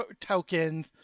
tokens